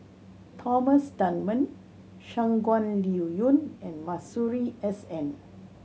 Thomas Dunman Shangguan Liuyun and Masuri S N